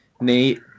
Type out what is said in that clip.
Nate